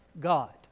God